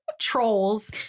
trolls